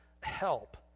help